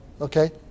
Okay